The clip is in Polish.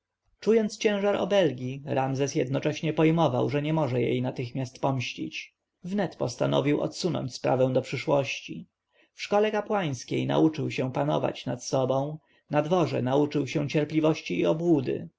czując ciężar obelgi ramzes jednocześnie pojmował że nie może jej natychmiast pomścić więc postanowił odsunąć sprawę do przyszłości w szkole kapłańskiej nauczył się panować nad sobą na dworze nauczył się cierpliwości i obłudy